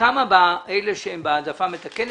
כמה התקבלו אלה שהם בהעדפה מתקנת.